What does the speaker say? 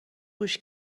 گوش